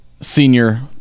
senior